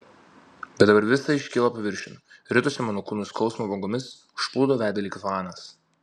bet dabar visa iškilo paviršiun ritosi mano kūnu skausmo bangomis užplūdo veidą lyg tvanas